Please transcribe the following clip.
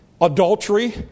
Adultery